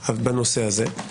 בנושא זה.